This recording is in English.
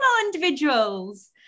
individuals